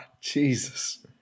Jesus